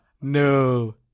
No